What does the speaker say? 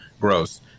Gross